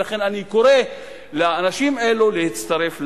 ולכן אני קורא לאנשים אלה להצטרף למאבק.